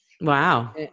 wow